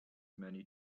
many